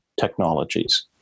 technologies